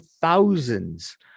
thousands